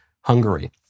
Hungary